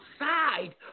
Outside